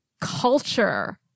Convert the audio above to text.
culture